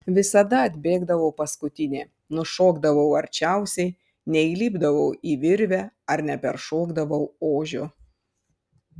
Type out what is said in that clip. visada atbėgdavau paskutinė nušokdavau arčiausiai neįlipdavau į virvę ar neperšokdavau ožio